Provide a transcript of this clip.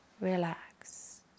relax